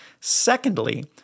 Secondly